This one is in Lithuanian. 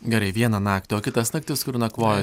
gerai vieną naktį o kitas naktis kur nakvojot